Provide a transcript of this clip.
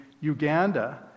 Uganda